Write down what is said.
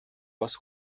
бас